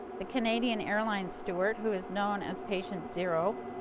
the canadian airline steward who is known as patient zero,